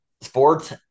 sports